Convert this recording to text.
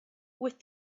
with